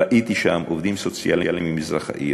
ראיתי שם עובדים סוציאליים ממזרח העיר.